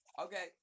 Okay